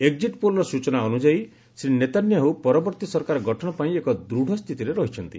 exit ପୋଲର ସୂନା ଅନୁଯାୟୀ ଶ୍ରୀ ନେତାନ୍ୟାହୁ ପରବର୍ତ୍ତୀ ସରକାର ଗଠନ ପାଇଁ ଏକ ଦୂଢ଼ ସ୍ଥିତିରେ ରହିଛନ୍ତି